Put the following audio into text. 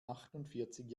achtundvierzig